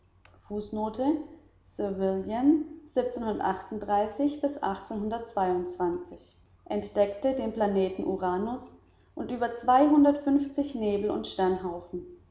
vivian entdeckte den planeten uranus und über und